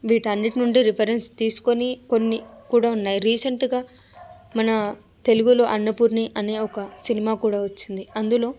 వీటన్నిటి నుండి రిఫరెన్స్ తీసుకొని కొన్ని కూడా ఉన్నాయి రీసెంట్గా మన తెలుగులో అన్నపూర్ణి అనే ఒక సినిమా కూడా వచ్చింది అందులో